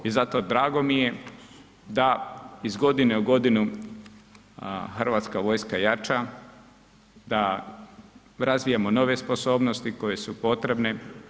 I zato drago mi je da iz godine u godinu Hrvatska vojska jača, da razvijamo nove sposobnosti koje su potrebne.